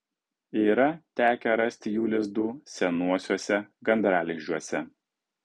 yra tekę rasti jų lizdų senuose gandralizdžiuose